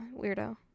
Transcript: weirdo